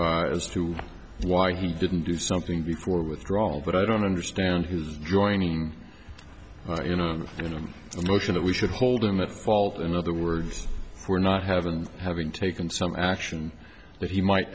point as to why he didn't do something before withdrawal but i don't understand who's joining in the motion that we should hold him at fault in other words for not have and having taken some action that he might